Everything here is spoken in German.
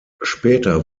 später